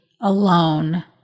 alone